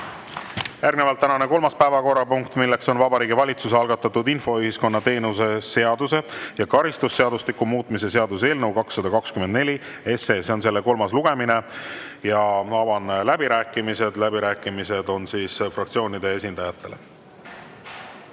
Järgnevalt tänane kolmas päevakorrapunkt: Vabariigi Valitsuse algatatud infoühiskonna teenuse seaduse ja karistusseadustiku muutmise seaduse eelnõu 224 kolmas lugemine. Avan läbirääkimised. Läbirääkimised on fraktsioonide esindajatele.